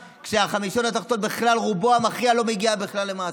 כשהחמישון התחתון רובו המכריע לא מגיע בכלל למס.